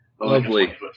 Lovely